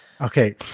Okay